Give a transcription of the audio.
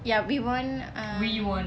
ya we won uh